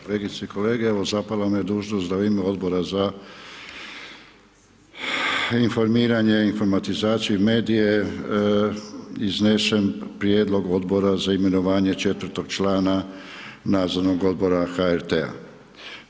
Kolegice i kolege zapela me dužnost da u ime Odbora za informiranje, informatizaciju i medije iznesem prijedlog Odbora za imenovanje četvrtog člana Nadzornog odbora HRT-a.